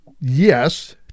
Yes